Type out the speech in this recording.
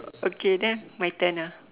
okay then my turn ah